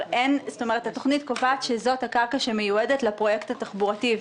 התוכנית קובעת שזאת הקרקע שמיועדת לפרויקט התחבורתי,